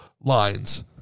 lines